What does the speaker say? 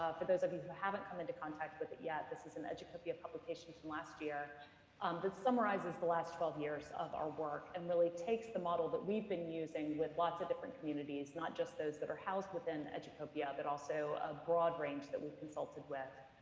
for those of you who haven't come into contact with it yet, this is an educopia publication from last year um that summarizes the last twelve years of our work and really takes the model that we've been using with lots of different communities, not just those that are housed within educopia but also a broad range that we've consulted with,